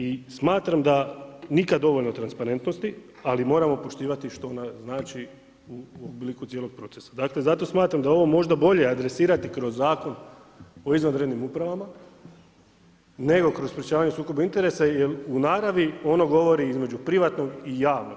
I smatram da nikad dovoljno transparentnosti, ali moramo poštivati što znači u obliku cijelog procesa, dakle zato smatram da je ovo možda bolje adresirati kroz Zakon o izvanrednim upravama, nego kroz sprječavanje sukoba interesa, jer u naravi ono govori između privatnog i javnog.